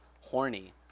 Horny